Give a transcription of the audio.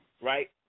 right